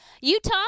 Utah